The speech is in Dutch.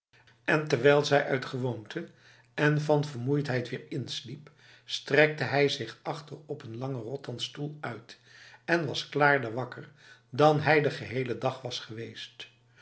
en terwijl zij uit gewoonte en van vermoeidheid weer insliep strekte hij zich achter op een lange rotanstoel uit en was klaarder wakker dan hij de gehele dag was geweest